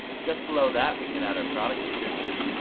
just below that we can add our product description.